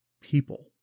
people